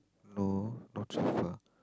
no not so far